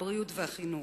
הבריאות והחינוך.